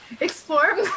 Explore